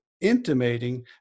intimating